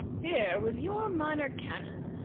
here was your minor canon,